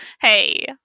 hey